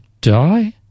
die